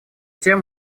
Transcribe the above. тем